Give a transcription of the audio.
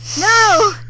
No